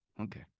okay